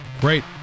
Great